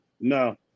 No